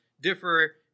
differ